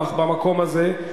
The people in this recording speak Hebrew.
במקום הזה,